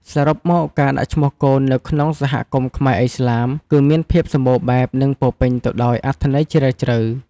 សរុបមក ការដាក់ឈ្មោះកូននៅក្នុងសហគមន៍ខ្មែរឥស្លាម គឺមានភាពសម្បូរបែប និងពោរពេញទៅដោយអត្ថន័យជ្រាលជ្រៅ។